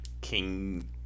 King